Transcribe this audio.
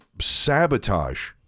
sabotage